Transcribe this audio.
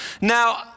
Now